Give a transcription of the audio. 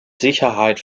sicherheit